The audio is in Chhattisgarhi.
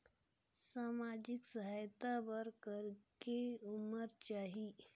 समाजिक सहायता बर करेके उमर चाही?